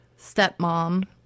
stepmom